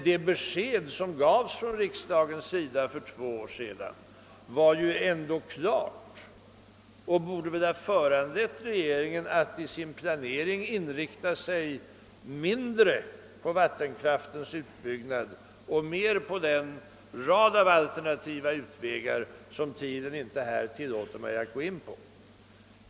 Det besked som riksdagen lämnade för två år sedan var dock klart och borde ha föranlett regeringen att i sin planering inrikta sig mindre på vattenkraftens utbyggnad och mer på den rad av alternativa utvägar som tiden här inte tillåter mig att gå in på.